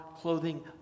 clothing